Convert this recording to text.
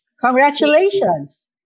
Congratulations